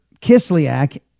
Kislyak